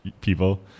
people